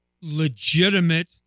legitimate